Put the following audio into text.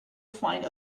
find